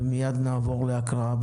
ומיד נעבור להקראה.